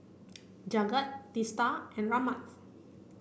Jagat Teesta and Ramnath